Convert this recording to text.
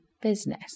business